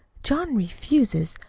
john refuses,